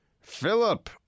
Philip